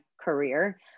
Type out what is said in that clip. career